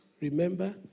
remember